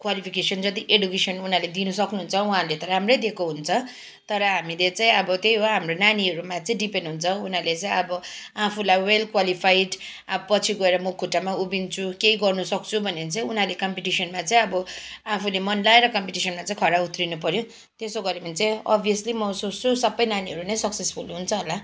qualification जति education उनीहरूले दिनु सक्नुहुन्छ उहाँहरूले त राम्रै दिएको हुन्छ तर हामीले चाहिँ अब त्यही हो हाम्रो नानीहरूमा चाहिँ डिपेन्ड हुन्छ उनीहरूले चाहिँ अब आफूलाई वेल क्वालिफाइड अब पछि गएर म खुट्टामा उभिन्छु केही गर्नसक्छु भन्यो भने चाहिँ उनीहरूले कम्पिटिसनमा चाहिँ अब आफूले मन लाएर कम्पिटिसनमा चाहिँ खरा उत्रिनु पर्यो त्यसो गर्यो भने चाहिँ अभियसली म सोच्छु सबै नानीहरू नै सक्सेसफुल हुन्छ होला